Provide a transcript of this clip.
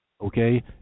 okay